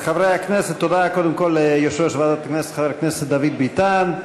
תודה ליושב-ראש ועדת הכנסת חבר הכנסת דוד ביטן.